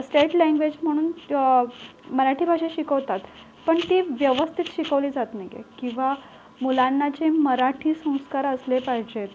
state language म्हणून मराठी भाषा शिकवतात पण ती व्यवस्थित शिकवली जात नाही आहे किंवा मुलांना जे मराठी संस्कार असले पाहिजेत